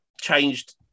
changed